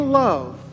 love